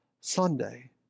Sunday